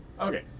Okay